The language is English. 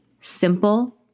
simple